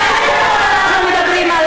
על איזה טרור אנחנו מדברים?